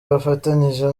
bafatanyije